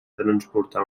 transportar